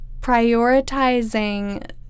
prioritizing